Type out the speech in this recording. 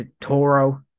Toro